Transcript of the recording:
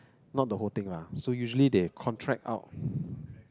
not the whole thing lah so usually they contract out